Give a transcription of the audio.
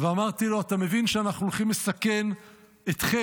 אמרתי לו: אתה מבין שאנחנו הולכים לסכן אתכם,